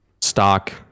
stock